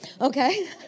okay